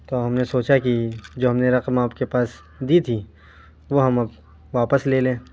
تو ہم نے سوچا کہ جو ہم نے رقم آپ کے پاس دی تھی وہ ہم اب واپس لے لیں